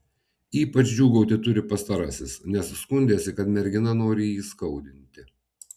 ypač džiūgauti turi pastarasis nes skundėsi kad mergina nori jį įskaudinti